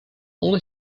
only